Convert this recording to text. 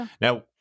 Now